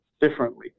differently